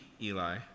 Eli